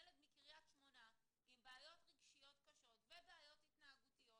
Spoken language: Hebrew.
ילד מקריית שמונה עם בעיות רגשיות קשות ובעיות התנהגותיות,